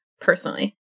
personally